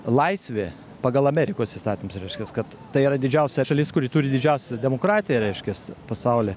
laisvė pagal amerikos įstatymus reiškias kad tai yra didžiausia šalis kuri turi didžiausią demokratiją reiškias pasauly